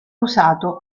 usato